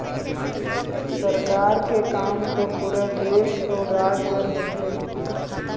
सरकार के काम तो पुरा देश अउ राज बर होथे